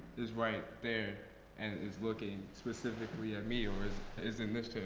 is right there and is looking specifically at me, or is is in this chair,